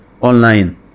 Online